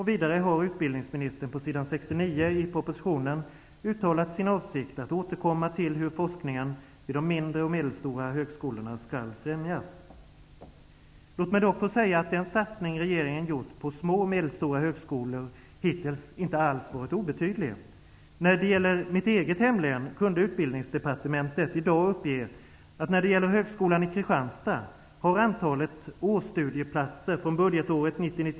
Vidare har utbildningsministern på s. 69 i propositionen uttalat sin avsikt att återkomma till hur forskningen vid de mindre och medelstora högskolorna skall främjas. Låt mig dock få säga att den satsning som regeringen har gjort på små och medelstora högskolor hittills inte alls har varit obetydlig. När det gäller mitt eget hemlän kunde Utbildningsdepartementet i dag uppge att antalet årsstudieplatser vid högskolan i Kristianstad -- sådana som är beslutade i riksdagen, inkl.